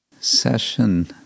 session